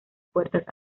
puertas